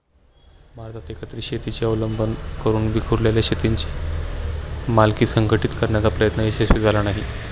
भारतात एकत्रित शेतीचा अवलंब करून विखुरलेल्या शेतांची मालकी संघटित करण्याचा प्रयत्न यशस्वी झाला नाही